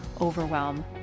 overwhelm